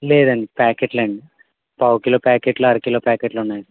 లేదండి ప్యాకెట్లు అండి పావుకిలో ప్యాకెట్లు అరకిలో ప్యాకెట్లు ఉన్నాయ్ అండి